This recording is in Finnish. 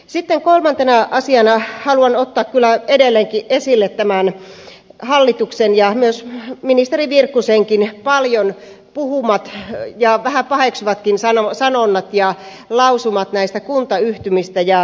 sitten kolmantena asiana haluan ottaa kyllä edelleenkin esille tämän hallituksen ja myös ministeri virkkusenkin paljon puhumat ja vähän paheksuvatkin sanonnat ja lausumat kuntayhtymistä ja himmeleistä